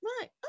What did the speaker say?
Right